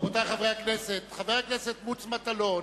רבותי חברי הכנסת, חבר הכנסת מוץ מטלון